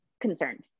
concerned